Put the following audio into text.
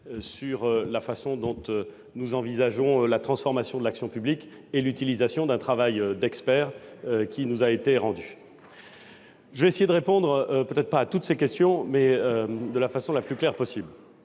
la façon dont nous envisageons la transformation de l'action publique ou encore l'utilisation d'un travail d'experts qui nous a été rendu. Je vais essayer de répondre, sinon à toutes ces questions, du moins de la façon la plus claire possible.